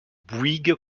bouygues